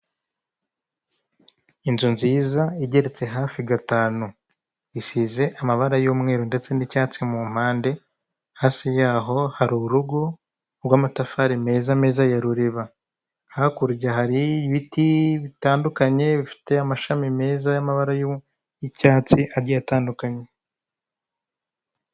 Inzu nziza igeretse hafi gatanu. Isize amabara y'umweru ndetse n'icyatsi mu mpande, hasi yaho hari urugo rw'amatafari meza meza ya ruriba. Hakurya hari ibiti bitandukanye bifite amashami meza y'amabara y'icyatsi agiye atandukanye.